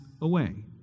away